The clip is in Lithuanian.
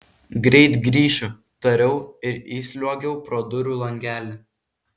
greit grįšiu tariau ir įsliuogiau pro durų langelį